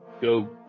go